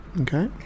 Okay